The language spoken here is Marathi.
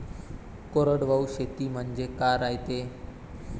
कोरडवाहू शेती म्हनजे का रायते?